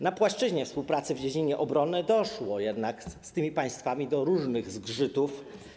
Na płaszczyźnie współpracy w dziedzinie obrony doszło jednak z tymi państwami do różnych zgrzytów.